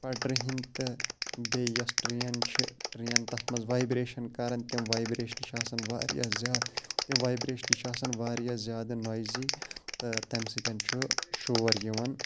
پَٹرِ ہِنٛدۍ تہٕ بیٚیہِ یۄس ٹرٛین چھِ ٹرٛین تَتھ منٛز وایِبریشَن کَران تِم وایِبریشن چھِ آسان واریاہ زیادٕ تِم وایِبریشن چھِ آسان واریاہ زیادٕ نایزی تہٕ تَمہِ سۭتۍ چھُ شور یِوان